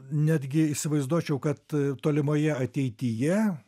netgi įsivaizduočiau kad tolimoje ateityje